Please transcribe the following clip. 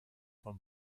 von